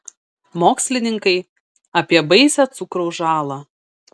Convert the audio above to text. mokslininkai apie baisią cukraus žalą